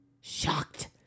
shocked